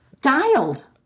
dialed